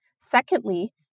Secondly